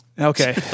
Okay